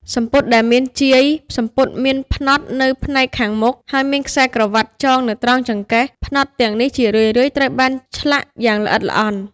សំពត់ដែលមានជាយ សំពត់មានផ្នត់នៅផ្នែកខាងមុខ ហើយមានខ្សែក្រវាត់ចងនៅត្រង់ចង្កេះ ផ្នត់ទាំងនេះជារឿយៗត្រូវបានឆ្លាក់យ៉ាងល្អិតល្អន់។